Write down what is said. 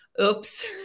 oops